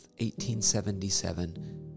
1877